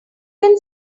can